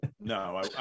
no